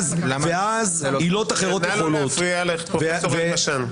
ואז עילות אחרות יכולות --- נא לא להפריע לפרופ' אלבשן.